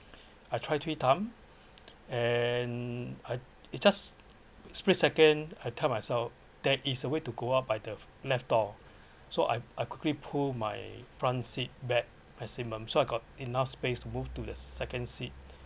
I try three time and uh it just split second I tell myself there is a way to go out by the left door so I I quickly pull my front seat back maximum so I got enough space to move to the second seat